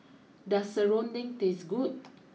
does Serunding taste good